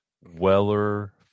Weller